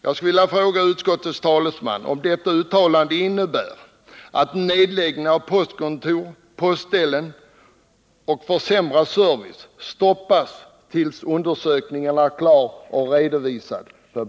Jag skulle vilja fråga utskottets talesman, om detta uttalande innebär att nedläggning av postkontor och postställen och försämrad service kan stoppas tills undersökningen är klar och redovisad för bedömning.